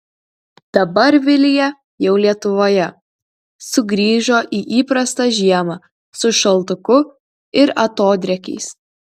dabar vilija jau lietuvoje sugrįžo į įprastą žiemą su šaltuku ir atodrėkiais